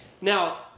Now